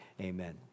amen